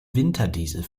winterdiesel